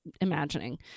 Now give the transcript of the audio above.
imagining